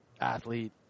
athlete